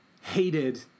hated